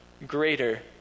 greater